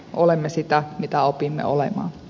olemme sitä mitä opimme olemaan